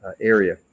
area